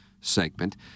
segment